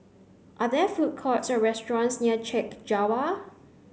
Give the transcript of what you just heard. are there food courts or restaurants near Chek Jawa